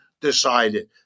decided